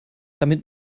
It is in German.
damit